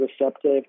receptive